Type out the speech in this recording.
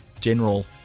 general